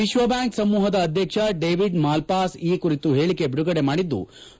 ವಿಶ್ವಬ್ಲಾಂಕ್ ಸಮೂಹದ ಅಧ್ಯಕ್ಷ David Malpass ಈ ಕುರಿತು ಹೇಳಿಕೆ ಬಿಡುಗಡೆ ಮಾಡಿದ್ಲು